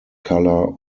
color